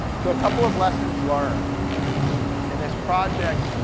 so, a couple of lessons learned in this project,